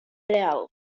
real